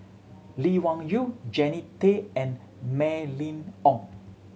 Lee Wung Yew Jannie Tay and Mylene Ong